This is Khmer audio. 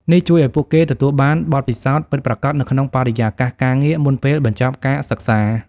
នេះជួយឱ្យពួកគេទទួលបានបទពិសោធន៍ពិតប្រាកដនៅក្នុងបរិយាកាសការងារ មុនពេលបញ្ចប់ការសិក្សា។